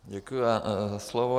Děkuji za slovo.